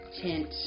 tint